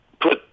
Put